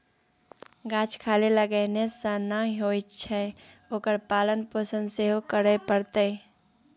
गाछ खाली लगेने सँ नै होए छै ओकर पालन पोषण सेहो करय पड़तै